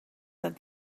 said